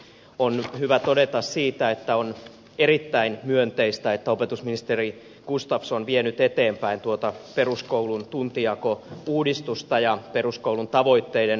on hyvä todeta se että on erittäin myönteistä että opetusministeri gustafsson vie nyt eteenpäin tuota peruskoulun tuntijakouudistusta ja peruskoulun tavoitteiden uudistamista